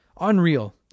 unreal